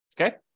Okay